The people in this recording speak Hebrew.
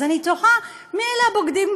אז אני תוהה מי אלה הבוגדים,